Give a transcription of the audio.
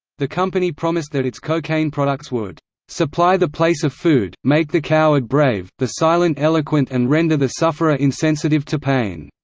the company promised that its cocaine products would supply the place of food, make the coward brave, the silent eloquent and render the sufferer insensitive to pain.